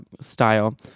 style